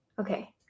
okay